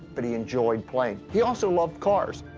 but he enjoyed playing. he also loved cars.